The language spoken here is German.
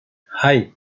hei